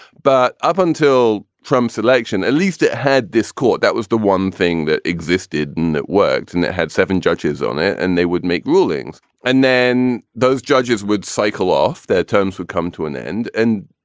but up until from selection, at least, it had this court that was the one thing that existed and that worked and that had seven judges on it. and they would make rulings and then those judges would cycle off their terms would come to an end. and